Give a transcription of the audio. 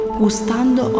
gustando